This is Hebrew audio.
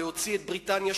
להוציא את בריטניה,